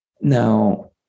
Now